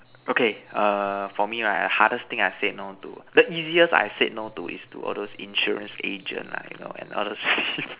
okay err for me right hardest thing I've said no to the easiest I've said no to is to all those insurance agent lah you know and all those